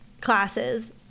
classes